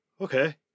Okay